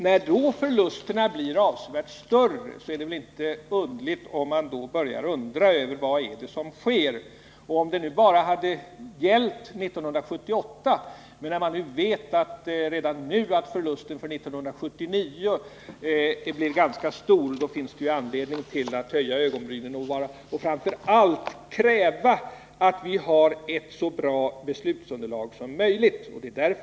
När förlusterna sedan blir avsevärt större är det väl inte underligt om man börjar fundera över vad som sker. Om det bara hade gällt förluster under 1978 hade det väl ändå gått an, men när vi redan nu vet att förlusterna för 1979 blir ganska stora finns det anledning att höja ögonbrynen och framför allt kräva ett så bra beslutsunderlag som möjligt.